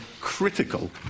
critical